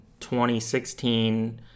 2016